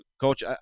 Coach